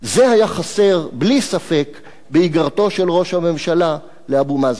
זה היה חסר בלי ספק באיגרתו של ראש הממשלה לאבו מאזן.